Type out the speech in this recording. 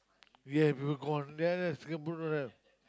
ya people go on ya ya Singapore don't have